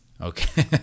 Okay